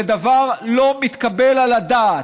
זה דבר שלא מתקבל על הדעת.